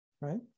right